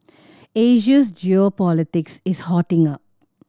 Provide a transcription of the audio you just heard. Asia's geopolitics is hotting up